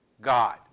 God